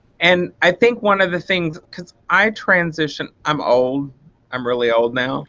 and i think one of the things because i transitioned i'm old i'm really old now